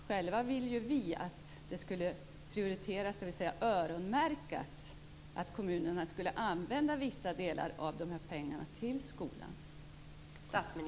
Själva vill vi att pengarna skall öronmärkas så att kommunerna använder vissa delar av pengarna till skolan.